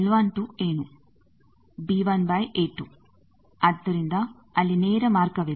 b1 a2 ಆದ್ದರಿಂದ ಅಲ್ಲಿ ನೇರ ಮಾರ್ಗವಿದೆ